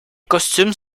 costumes